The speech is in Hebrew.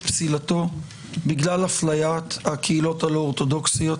פסילתו בגלל אפליית הקהילות הלא-אורתודוכסיות.